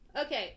Okay